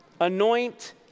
anoint